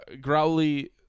Growly